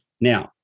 Now